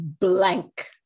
blank